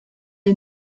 est